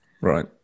Right